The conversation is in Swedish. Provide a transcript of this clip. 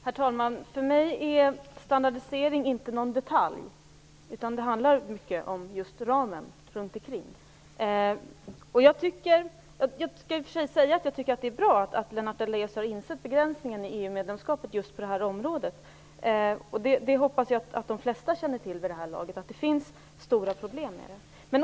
Herr talman! För mig är standardisering inte någon detalj. Det handlar om just ramen. Jag tycker att det är bra att Lennart Daléus har insett begränsningen av EU-medlemskapet på just det här området. Jag hoppas att de flesta vid det här laget känner till att det finns stora problem.